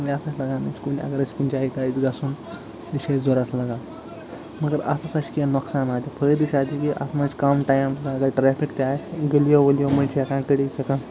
یہِ سا چھِ لَگان اَسہِ کُنہِ اگر أسۍ کُنہِ جاے آسہِ گَژھُن یہِ چھِ اَسہِ ضوٚرَتھ لگان مگر اتھ ہسا چھِ کیٚنٛہہ نۄقصانات تہِ فٲیدٕ چھُ اَتٮ۪تھ یہِ اتھ منٛز چھُ کَم ٹایِم اگر ٹرٮ۪فِک تہِ آسہِ گٔلیو ؤلِو مٔنٛزۍ چھُ ہٮ۪کان کڑتھ ہٮ۪کان